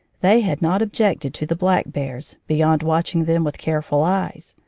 they had not objected to the black bears, beyond watching them with careful eyes.